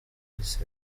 ese